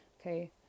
Okay